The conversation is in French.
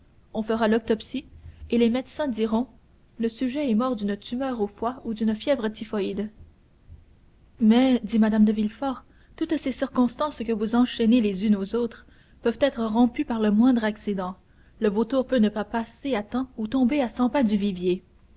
on fera l'autopsie et les médecins diront le sujet est mort d'une tumeur au foie ou d'une fièvre typhoïde mais dit mme de villefort toutes ces circonstances que vous enchaînez les unes aux autres peuvent être rompues par le moindre accident le vautour peut ne pas passer à temps ou tomber à cent pas du